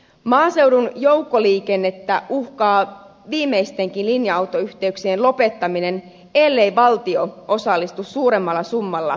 maaseudun joukkoliikennettä uhkaa viimeistenkin linja autoyhteyksien lopettaminen ellei valtio osallistu suuremmalla summalla kustannuksiin